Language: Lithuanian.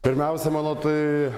pirmiausia manau tai